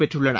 பெற்றுள்ளன